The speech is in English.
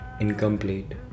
incomplete